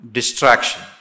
Distraction